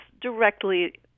directly